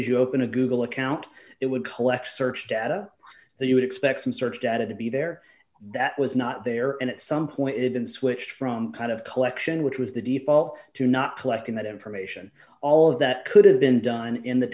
as you open a google account it would collect searched atta so you would expect some search data to be there that was not there and at some point it had been switched from kind of collection which was the default to not collecting that information all of that could have been done in the